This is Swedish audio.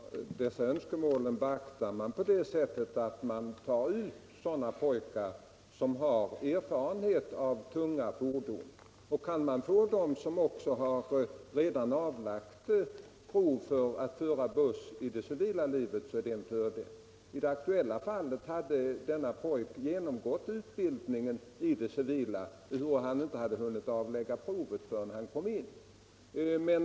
Herr talman! Dessa önskemål beaktar man på det sättet att man tar ut sådana pojkar som har erfarenhet av tunga fordon. Kan man få sådana som redan har avlagt prov för att föra buss i det civila livet är det en fördel. I det aktuella fallet hade pojken genomgått utbildningen i det civila, ehuru han inte hade hunnit avlägga provet förrän han kom in i det militära.